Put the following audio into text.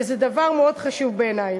וזה דבר מאוד חשוב בעיני.